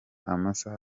amasaha